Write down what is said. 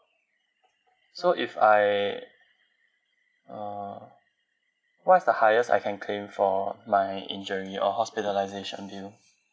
so if I uh what is the highest I can claim for my injury or hospitalisation bill